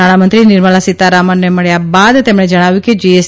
નાણામંત્રીનરિંમળા સીતારમણને મળ્યા બાદ તેમણે જણાવ્યુંકે જીએસ